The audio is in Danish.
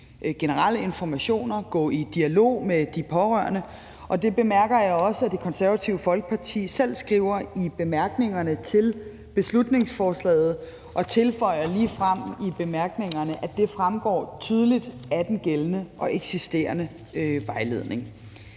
generelle informationer, gå i dialog med de pårørende, og det bemærker jeg også, at Det Konservative Folkeparti selv skriver i bemærkningerne til beslutningsforslaget, og man tilføjer ligefrem i bemærkningerne, at det fremgår tydeligt af den gældende og eksisterende vejledning.